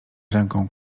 ręką